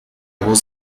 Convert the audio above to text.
voz